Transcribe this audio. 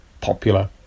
popular